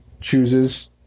chooses